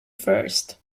first